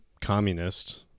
communist